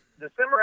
December